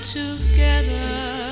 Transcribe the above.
together